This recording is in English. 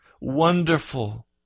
wonderful